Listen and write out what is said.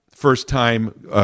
first-time